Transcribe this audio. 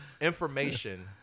information